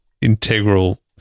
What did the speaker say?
integral